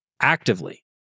actively